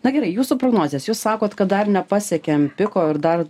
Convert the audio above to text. na gerai jūsų prognozės jūs sakot kad dar nepasiekėm piko ir dar